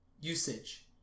usage